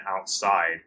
outside